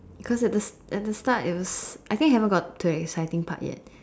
cause at the at the start it was I think haven't got to the excited part yet